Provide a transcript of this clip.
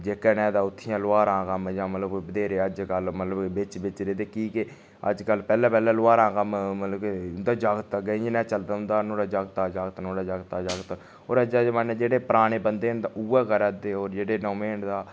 जेह्के न उत्थें ऐ लौहारां दा कम्म जां मतलब कि बधेरें अज्जकल मतलब बिच्च बिच्च रेह्दे कि के अज्जकल पैह्ले पैह्ले लौहारां कम्म मतलब कि उंदा जागत अग्गें इ'यै नेहा चलदा होंदा नुआढ़े जागते दा जागत नुआढ़े जागता दा जागत होर अज्जै दे जमाने जेह्ड़े पराने बंदे न उ'यै करै दे होर जेह्ड़े नमें न तां